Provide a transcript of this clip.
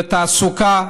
בתעסוקה,